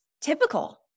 typical